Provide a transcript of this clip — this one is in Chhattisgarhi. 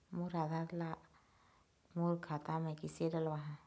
मोर आधार ला मोर खाता मे किसे डलवाहा?